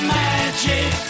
magic